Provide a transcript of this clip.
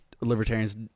libertarians